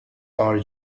are